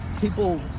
people